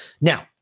Now